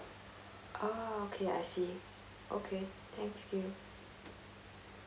oh okay I see okay thank you